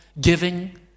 Giving